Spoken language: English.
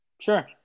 Sure